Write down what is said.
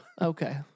Okay